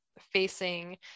facing